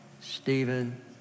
Stephen